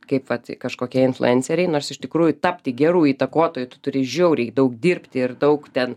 kaip vat kažkokie influenceriai nors iš tikrųjų tapti geru įtakotoju tu turi žiauriai daug dirbti ir daug ten